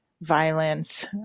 violence